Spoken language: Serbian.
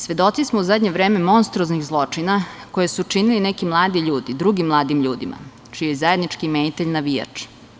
Svedoci smo u zadnje vreme monstruoznih zločina koje su činili neki mladi ljudi drugim mladim ljudima, čiji je zajednički imenitelj navijač.